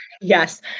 Yes